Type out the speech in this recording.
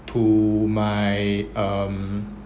to my um